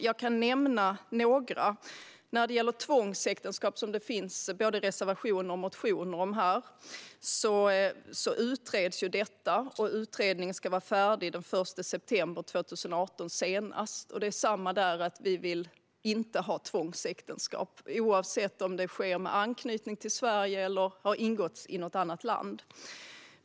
Jag kan nämna några saker. När det gäller tvångsäktenskap, som det finns både reservationer och motioner om här, utreds det. Utredningen ska vara färdig senast den 1 september 2018. Det är samma där, att vi inte vill ha tvångsäktenskap oavsett om det sker med anknytning till Sverige eller har ingåtts i något annat land.